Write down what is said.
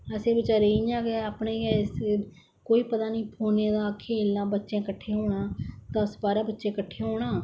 आसे बचारे गी इयां गै अपने गै कोई पता नेई फौने दा खेलना बच्चे कन्ने किट्ठे होना दस बारां बच्चे कट्ठे होना